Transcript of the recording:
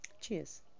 Cheers